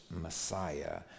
Messiah